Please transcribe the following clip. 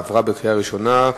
עברה בקריאה ראשונה,